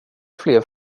fler